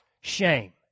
shame